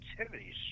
activities